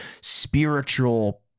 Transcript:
spiritual